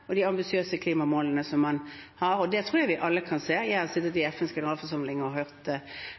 de ambisiøse klimamålene som man har, og det tror jeg vi alle kan se. Jeg har sittet i FNs generalforsamling og hørt